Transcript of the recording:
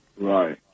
Right